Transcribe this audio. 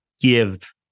give